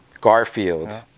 Garfield